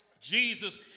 Jesus